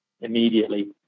immediately